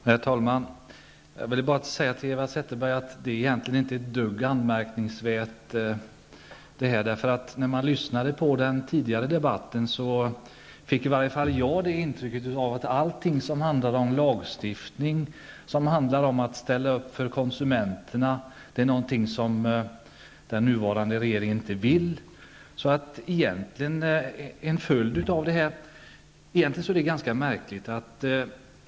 Herr talman! Jag vill bara säga till Eva Zetterberg att det här egentligen inte är ett dugg anmärkningsvärt. När jag lyssnade på den tidigare debatten fick jag nämligen ett intryck av att allt som handlar om lagstiftning, om att ställa upp för konsumenterna, är någonting som den nuvarande regeringen inte bryr sig om.